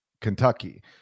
Kentucky